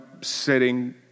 sitting